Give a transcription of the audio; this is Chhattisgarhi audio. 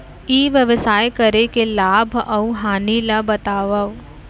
ई व्यवसाय करे के लाभ अऊ हानि ला बतावव?